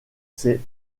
ses